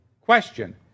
Question